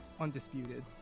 undisputed